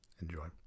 enjoy